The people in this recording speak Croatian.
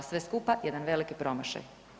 Sve skupa, jedan veliki promašaj.